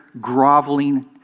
groveling